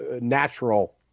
natural